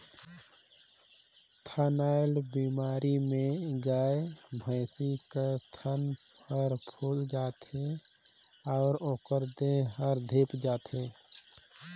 थनैल बेमारी में गाय, भइसी कर थन हर फुइल जाथे अउ ओखर देह हर धिप जाथे